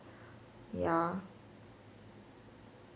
ya